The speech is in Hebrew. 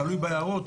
תלוי ביערות,